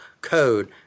code